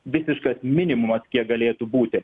visiškas minimumas kiek galėtų būti